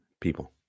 people